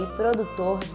produtor